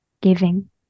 giving